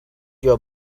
your